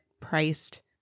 priced